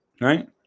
right